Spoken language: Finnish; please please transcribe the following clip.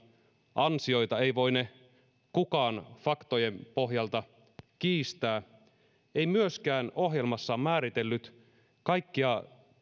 ansioita ei voine kukaan faktojen pohjalta kiistää ei ohjelmassaan määritellyt kaikkia